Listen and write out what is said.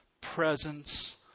presence